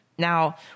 Now